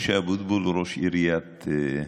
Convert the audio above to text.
משה אבוטבול, ראש עיריית,